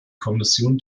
kommission